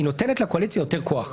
היא נותנת לקואליציה יותר כוח.